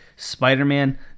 spider-man